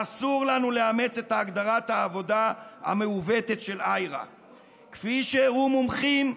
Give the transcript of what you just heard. אסור לנו לאמץ את הגדרת העבודה המעוותת של IHRA. כפי שהראו מומחים,